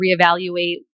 reevaluate